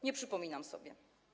Nie przypominam sobie.